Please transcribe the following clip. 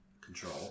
control